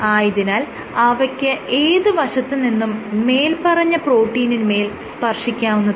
ആയതിനാൽ അവയ്ക്ക് ഏത് വശത്ത് നിന്നും മേല്പറഞ്ഞ പ്രോട്ടീനിനുമേൽ സ്പർശിക്കാവുന്നതാണ്